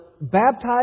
baptized